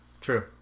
True